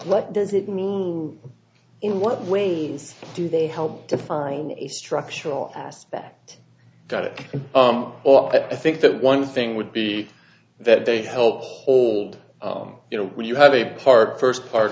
what does it mean in what ways do they help define a structural aspect got it all but i think that one thing would be that they help hold you know when you have a part first part